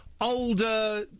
Older